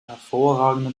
hervorragende